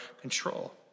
control